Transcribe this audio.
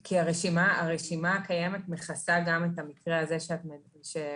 כי הרשימה הקיימת מכסה גם את המקרה הזה שהוזכר,